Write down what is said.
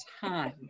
time